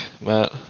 Matt